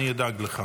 אני אדאג לך